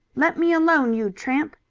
let me alone, you tramp!